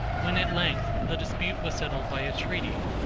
when at length the dispute was settled by a treaty,